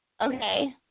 Okay